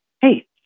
hey